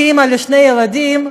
כאימא לשני ילדים,